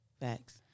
Facts